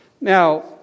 Now